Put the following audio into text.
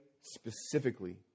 specifically